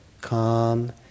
calm